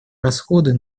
расходы